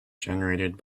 generated